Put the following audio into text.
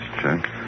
check